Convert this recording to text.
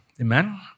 Amen